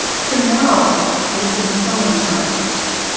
so now that has been so many months.